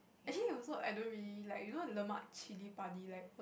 actually I also I don't really like you know the lemak chili padi right